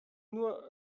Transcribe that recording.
nur